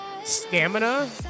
stamina